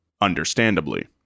understandably